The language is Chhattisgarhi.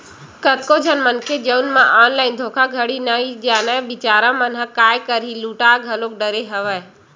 कतको झन मनखे जउन मन ऑनलाइन धोखाघड़ी ल नइ जानय बिचारा मन ह काय करही लूटा घलो डरे हवय